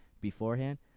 beforehand